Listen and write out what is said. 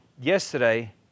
yesterday